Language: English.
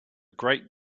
great